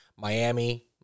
Miami